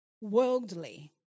worldly